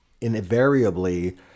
invariably